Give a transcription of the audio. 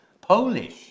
Polish